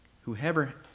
Whoever